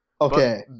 Okay